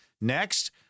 Next